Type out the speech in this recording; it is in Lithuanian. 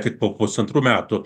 tik po pusantrų metų